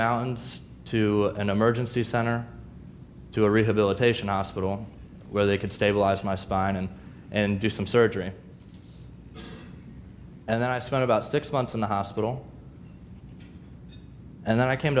mountains to an emergency center to a rehabilitation hospital where they could stabilize my spine and do some surgery and then i spent about six months in the hospital and then i came